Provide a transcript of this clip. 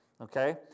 Okay